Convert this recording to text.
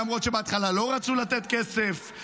למרות שבהתחלה לא רצו לתת כסף,